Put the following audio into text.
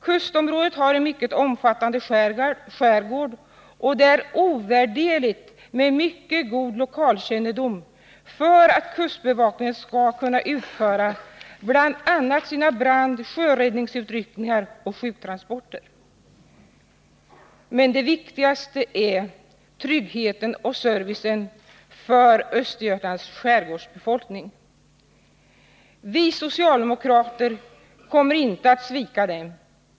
Kustområdet har en mycket omfattande skärgård, och det är ovärderligt att kustbevakningen har en mycket god lokalkännedom, om den skall kunna klara bl.a. sina brandoch sjöräddningsutryckningar samt sjuktransporter. Men det viktigaste är tryggheten och servicen för Östergötlands skärgårdsbefolkning. Vi socialdemokrater kommer inte att svika den.